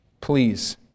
Please